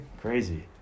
crazy